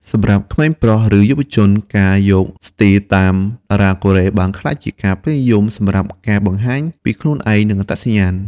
សម្រាប់ក្មេងប្រុស ឬ យុវជន ការយកស្ទីលតាមតារាកូរ៉េបានក្លាយជាការពេញនិយមសម្រាប់ការបង្ហាញពីខ្លួនឯង និងអត្តសញ្ញាណ។